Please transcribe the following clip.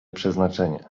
przeznaczenie